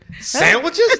sandwiches